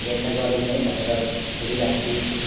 हेरचाह गरिदिनु है भनेर छोडि राख्छु